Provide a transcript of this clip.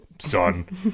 son